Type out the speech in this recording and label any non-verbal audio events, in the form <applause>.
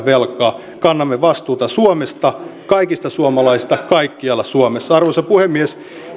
<unintelligible> velkaa kannamme vastuuta suomesta kaikista suomalaisista kaikkialla suomessa arvoisa puhemies